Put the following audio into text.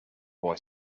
boy